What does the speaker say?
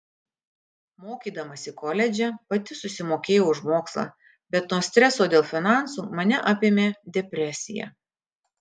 mokydamasi koledže pati susimokėjau už mokslą bet nuo streso dėl finansų mane apėmė depresija